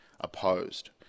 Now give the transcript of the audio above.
opposed